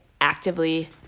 actively